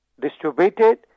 distributed